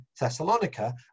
Thessalonica